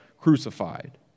crucified